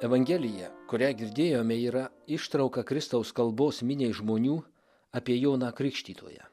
evangelija kurią girdėjome yra ištrauka kristaus kalbos miniai žmonių apie joną krikštytoją